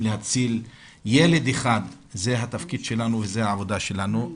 להציל ילד אחד זה התפקיד שלנו וזו העבודה שלנו.